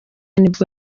nibwo